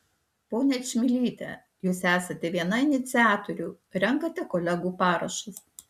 ponia čmilyte jūs esate viena iniciatorių renkate kolegų parašus